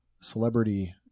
celebrity